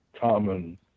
common